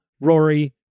Rory